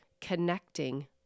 connecting